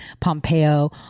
Pompeo